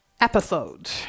Episode